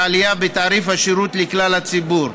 לעלייה בתעריף השירות לכלל הציבור.